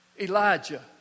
Elijah